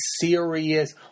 serious